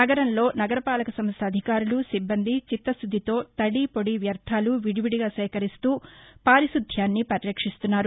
నగరంలో నగరపాలక సంస్ట అధికారులు సిబ్బంది చిత్తశుద్దితో తడిపొడి వ్యర్ధాలు విదివిదిగా సేకరిస్తూ పారిశుద్ధ్యాన్ని పరిరక్షిస్తున్నారు